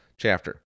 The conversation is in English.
Chapter